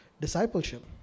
discipleship